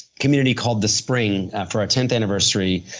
community called the spring for our tenth anniversary